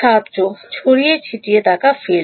ছাত্র ছড়িয়ে ছিটিয়ে থাকা Field